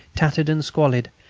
tattered and squalid,